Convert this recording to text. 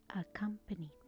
accompanied